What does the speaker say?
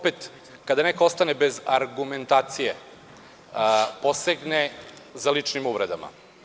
Kada neko ostane bez argumentacije, posegne za ličnim uvredama.